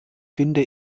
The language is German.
finde